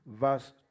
verse